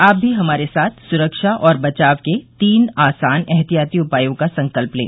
आप भी हमारे साथ सुरक्षा और बचाव के तीन आसान एहतियाती उपायों का संकल्प लें